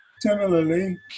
Similarly